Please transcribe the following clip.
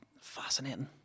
fascinating